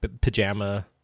pajama